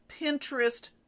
Pinterest